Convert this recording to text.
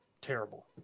Terrible